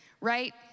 right